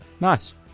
nice